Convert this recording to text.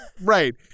Right